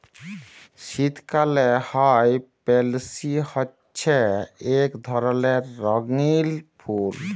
শীতকালে হ্যয় পেলসি হছে ইক ধরলের রঙ্গিল ফুল